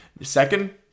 Second